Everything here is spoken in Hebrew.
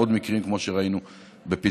עוד מקרים כמו שראינו בפיטסבורג.